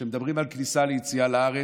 כשמדברים על כניסה ויציאה לארץ,